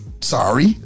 Sorry